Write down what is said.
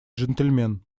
джентльмен